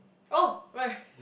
orh where